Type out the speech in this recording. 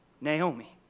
Naomi